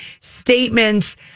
statements